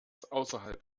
außerhalb